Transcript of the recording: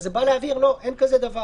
זה בא להבהיר שאין דבר כזה,